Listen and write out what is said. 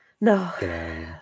No